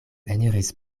eniris